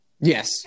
Yes